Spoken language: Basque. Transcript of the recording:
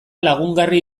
lagungarri